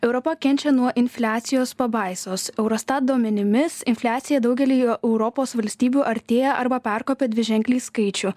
europa kenčia nuo infliacijos pabaisos eurostat duomenimis infliacija daugelyje europos valstybių artėja arba perkopė dviženklį skaičių